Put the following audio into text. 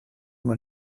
man